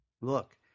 Look